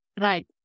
Right